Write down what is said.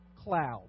cloud